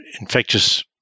infectious